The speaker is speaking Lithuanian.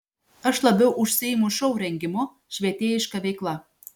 aš labiau užsiimu šou rengimu švietėjiška veikla